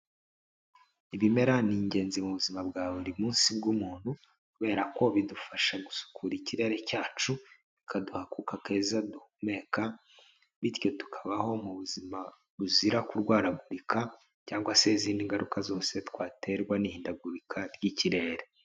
Ibimera ni ingenzi mu buzima bwa buri munsi bw'umuntu kubera ko bidufasha gusukura ikirere cyacu bikaduha akuka keza duhumeka bityo tukabaho mu buzima buzira kurwaragurika cyangwa se izindi ngaruka zose twaterwa n'ihindagurika ry'ikirere.